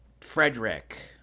Frederick